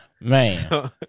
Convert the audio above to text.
Man